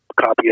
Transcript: copy